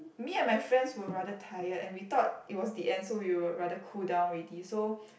me and my friends were rather tired and we thought it was the end so we were rather cool down already so